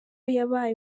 yabaye